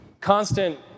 constant